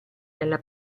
nella